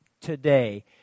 today